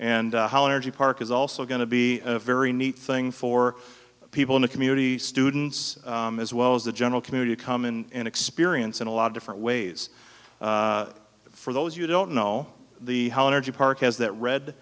energy park is also going to be a very neat thing for people in the community students as well as the general community to come in and experience in a lot of different ways for those you don't know the whole energy park has that red